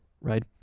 right